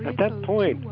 but that point,